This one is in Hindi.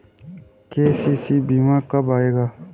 के.सी.सी बीमा कब आएगा?